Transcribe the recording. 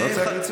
לא צריך לצעוק.